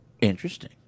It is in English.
Interesting